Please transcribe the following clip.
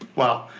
well,